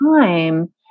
time